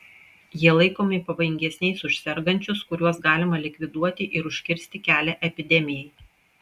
jie laikomi pavojingesniais už sergančius kuriuos galima likviduoti ir užkirsti kelią epidemijai